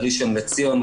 בראשון לציון,